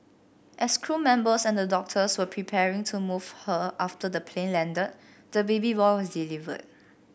as crew members and the doctors were preparing to move her after the plane landed the baby boy was delivered